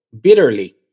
bitterly